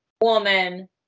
woman